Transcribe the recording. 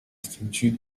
structure